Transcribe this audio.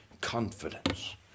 confidence